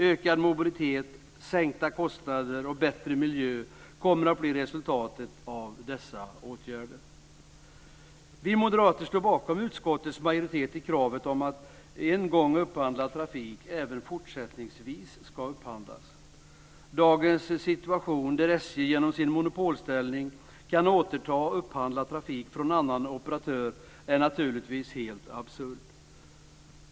Ökad mobilitet, sänkta kostnader och bättre miljö kommer att bli resultatet av dessa åtgärder. Vi moderater står bakom utskottets majoritet i kravet om att en gång upphandlad trafik även fortsättningsvis ska upphandlas. Dagens situation, där SJ genom sin monopolställning kan återta upphandlad trafik från annan operatör, är naturligtvis helt absurd.